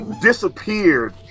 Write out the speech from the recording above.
disappeared